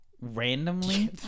randomly